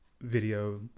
video